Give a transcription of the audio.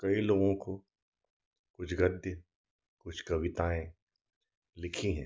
कई लोगों को कुछ गद्य कुछ कविताएँ लिखी हैं